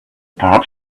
perhaps